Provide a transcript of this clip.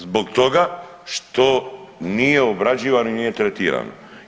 Zbog toga što nije obrađivano i nije tretirano.